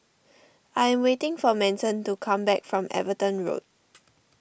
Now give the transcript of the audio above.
I am waiting for Manson to come back from Everton Road